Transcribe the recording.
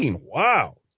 wow